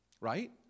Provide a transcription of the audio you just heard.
Right